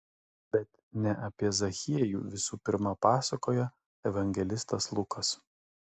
bet ne apie zachiejų visų pirma pasakoja evangelistas lukas